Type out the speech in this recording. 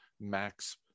max